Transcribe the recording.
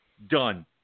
Done